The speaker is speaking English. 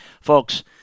Folks